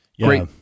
great